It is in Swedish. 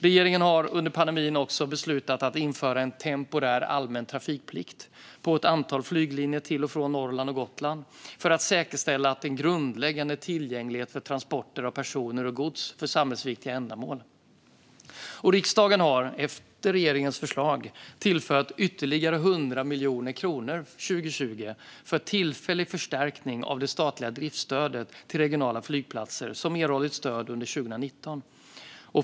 Regeringen har under pandemin även beslutat att införa en temporär allmän trafikplikt på ett antal flyglinjer till och från Norrland och Gotland, för att säkerställa en grundläggande tillgänglighet för transporter av personer och gods för samhällsviktiga ändamål. Riksdagen har, efter regeringens förslag, tillfört ytterligare 100 miljoner kronor 2020 för tillfällig förstärkning av det statliga driftsstödet till regionala flygplatser som erhållit stöd under 2019.